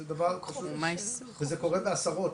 זה דבר פשוט וזה קורה בעשרות,